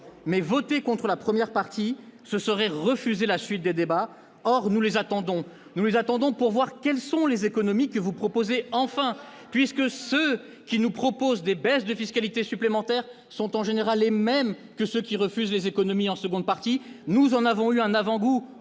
Mais, voter contre la première partie, ce serait refuser la suite des débats. Or nous les attendons pour voir quelles sont les économies que vous proposez enfin ! Vous n'allez pas être déçus ! Ceux qui nous proposent des baisses de fiscalité supplémentaires sont en général les mêmes que ceux qui refusent les économies en seconde partie. Nous en avons eu un avant-goût